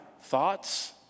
Thoughts